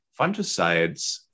fungicides